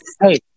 Hey